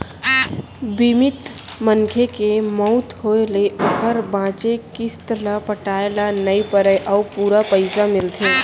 बीमित मनखे के मउत होय ले ओकर बांचे किस्त ल पटाए ल नइ परय अउ पूरा पइसा मिलथे